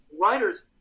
Writers